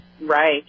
Right